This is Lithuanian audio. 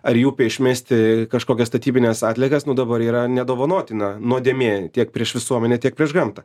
ar jų išmesti kažkokias statybines atliekas nu dabar yra nedovanotina nuodėmė tiek prieš visuomenę tiek prieš gamtą